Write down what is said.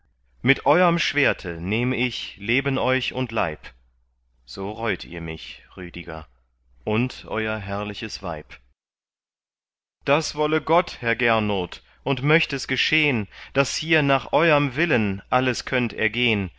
mit euerm schwerte nehm ich leben euch und leib so reut ihr mich rüdiger und euer herrliches weib das wolle gott herr gernot und möcht es geschehn daß hier nach euerm willen alles könnt ergehn